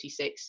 1946